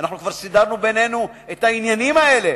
אנחנו כבר סידרנו בינינו את העניינים האלה,